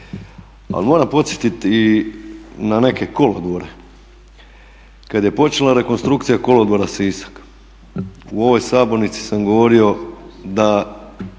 Al moram podsjetiti i na neke kolodvore. Kad je počela rekonstrukcija kolodvora Sisak u ovoj sabornici sam govorio da